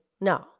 No